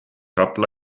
rapla